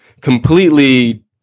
completely